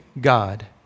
God